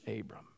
Abram